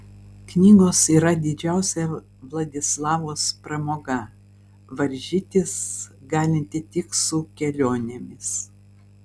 knygos yra didžiausia vladislavos pramoga varžytis galinti tik su kelionėmis